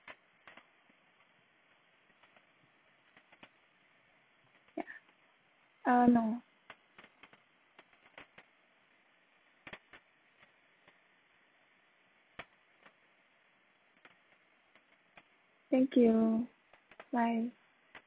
ya uh no thank you bye